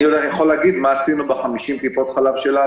אני יכול להגיד מה עשינו ב-50 טיפות החלב שלנו.